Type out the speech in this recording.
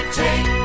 take